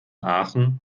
aachen